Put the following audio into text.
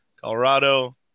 Colorado